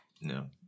No